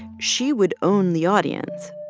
she would own the audience.